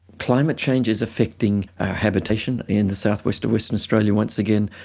climate change is affecting our habitation in the southwest of western australia. once again,